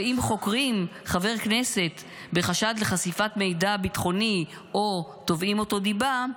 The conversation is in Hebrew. ואם חוקרים חבר כנסת בחשד לחשיפת מידע ביטחוני או תובעים אותו דיבה,